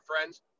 friends